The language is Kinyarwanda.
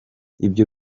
ibyo